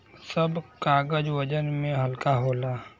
सब कागज वजन में हल्का होला